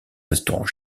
restaurants